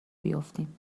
بیفتیم